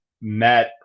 met